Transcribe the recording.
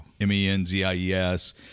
M-E-N-Z-I-E-S